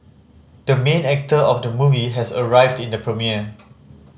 the main actor of the movie has arrived in the premiere